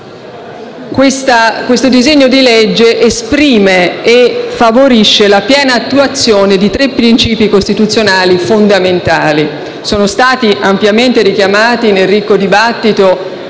partire dal titolo, esprime e favorisce la piena attuazione di tre principi costituzionali fondamentali. Essi sono stati ampiamente richiamati nel ricco dibattito